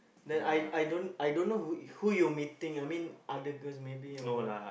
then I I don't I don't know who who you meeting like other girls maybe or what